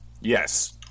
yes